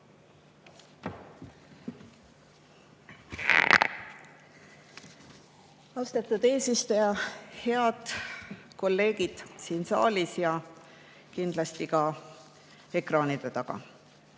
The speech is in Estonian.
Austatud eesistuja! Head kolleegid siin saalis ja kindlasti ka ekraanide taga!